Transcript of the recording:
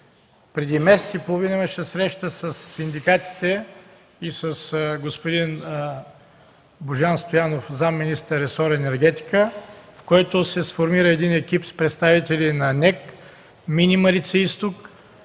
Преди месец и половина имаше среща със синдикатите и с господин Божан Стоянов – заместник-министър, ресор „Енергетика”, на която се сформира екип с представители на НЕК, мини „Марица-изток”